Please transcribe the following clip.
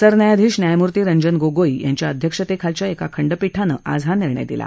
सरन्यायाधीश न्यायमूर्ती रंजन गोगोई यांच्या अध्यक्षतेखालच्या एका खंडपीठाने आज हा निर्णय दिला